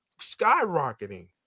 skyrocketing